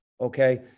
Okay